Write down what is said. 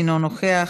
אינו נוכח,